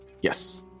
Yes